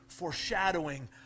foreshadowing